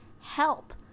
help